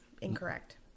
Incorrect